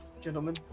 gentlemen